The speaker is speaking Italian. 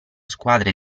squadre